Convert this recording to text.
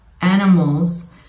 Animals